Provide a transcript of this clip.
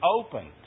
opened